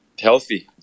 healthy